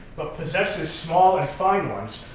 but possesses small and fine ones.